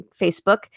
Facebook